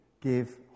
give